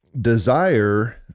desire